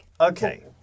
Okay